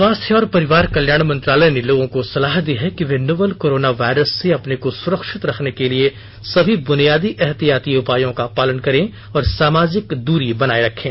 स्वास्थ्य और परिवार कल्याण मंत्रालय ने लोगों को सलाह दी है कि वे नोवल कोरोना वायरस से अपने को सुरक्षित रखने के लिए सभी बुनियादी एहतियाती उपायों का पालन करें और सामाजिक दूरी बनाए रखें